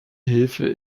hilfe